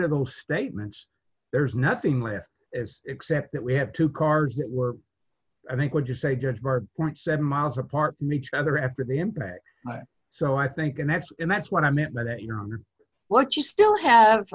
of those statements there's nothing left except that we have two cars that were i think would you say judge our point seven miles apart from each other after the impact so i think and that's and that's what i meant by that you know what you still have